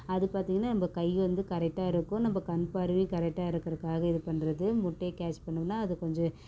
அது பார்த்தீங்கன்னா நம்ம கை வந்து கரெக்டாக இருக்கும் நம்ம கண் பார்வையும் கரெக்டாக இருக்கிறக்காக இது பண்ணுறது முட்டையை கேட்ச் பண்ணிணோம்ன்னா அது கொஞ்சம்